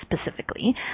specifically